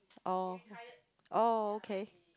oh oh okay